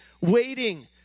waiting